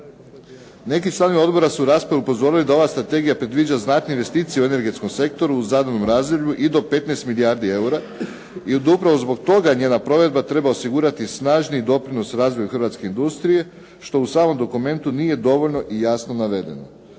Neki članovi odbora su u raspravi upozorili da ova strategija predviđa znatne investicije u energetskom sektoru u zadanom razdoblju i do 15 milijardi eura i da je upravo zbog toga njezina provedba treba osigurati snažniji doprinos razvoju hrvatske industrije, što u samom dokumentu nije dovoljno i jasno navedeno.